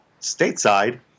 stateside